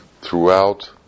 throughout